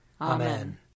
Amen